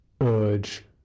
urge